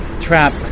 trap